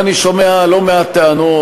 ואני שומע לא מעט טענות,